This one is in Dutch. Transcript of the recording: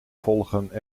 volgen